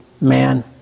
man